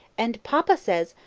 and papa says,